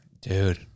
Dude